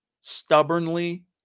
Stubbornly